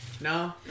No